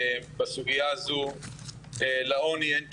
בסוגייה הזו לעוני אין כיפה,